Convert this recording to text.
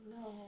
No